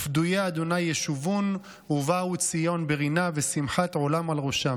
"וּפְדויי ה' ישובון ובאו ציון בְּרִנָּה ושמחת עולם על ראשם,